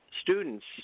students